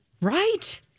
Right